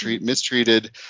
mistreated